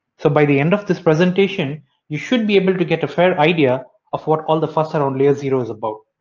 so by the end of this presentation you should be able to get a fair idea of what all the fuss around layer zero is about.